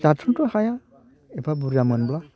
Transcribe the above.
जाथ्र'नोथ' हाया एफा बुरजा मोनब्ला